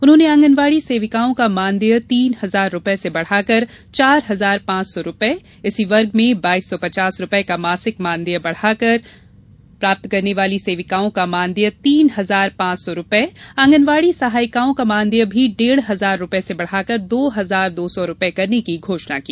उन्होंने आंगनवाड़ी सेविकाओं का मानदेय तीन हजार रुपए से बढ़ाकर चार हजार पांच सौ रुपए इसी वर्ग में बाईस सौ पचास रुपए का मासिक मानदेय प्राप्तं करने वाली सेविकाओं का मानदेय तीन हजार पांच सौ रुपए आंगनवाड़ी सहायिकाओं का मानदेय भी डेढ़ हजार रुपए से बढ़ाकर दो हजार दो सौ रुपए करने की घोषणा की